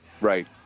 Right